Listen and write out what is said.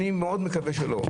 אני מאוד מקווה שלא,